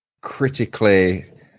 critically